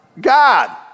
God